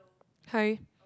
hi